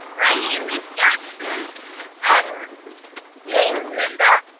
my name is jackson and jaylinda.